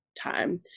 time